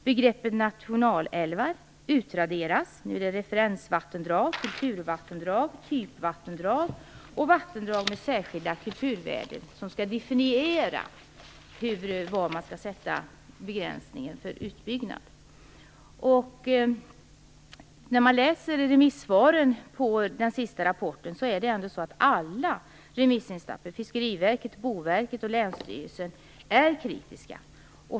Begreppet nationalälvar utraderas. Nu är det referensvattendrag, kulturvattendrag, typvattendrag och vattendrag med särskilda kulturvärden som skall definiera var man skall sätta begränsningen för utbyggnad. När man läser remissvaren på den sista rapporten ser man att alla remissinstanser - Fiskeriverket, Boverket och Länsstyrelsen - är kritiska.